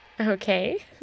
Okay